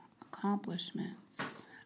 Accomplishments